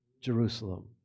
Jerusalem